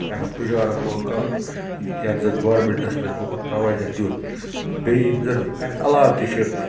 اَمیُک تُجارت لوگ کَرُن یَتھ زَن گورمنٹَس پَزِ اُکُن تَوجہ دیُن تہٕ بیٚیہِ یِم زَن اَمہِ علاوٕ تہِ چھِ